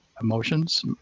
emotions